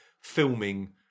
filming